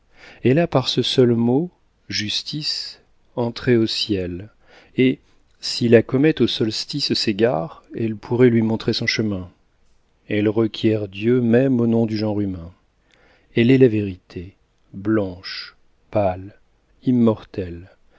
elle a par ce seul mot justice entrée au ciel et si la comète au solstice s'égare elle pourrait lui montrer son chemin elle requiert dieu même au nom du genre humain elle est la vérité blanche pâle immortelle